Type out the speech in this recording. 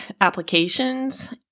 applications